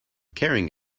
carrying